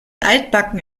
altbacken